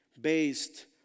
Based